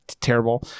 terrible